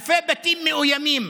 אלפי בתים מאוימים.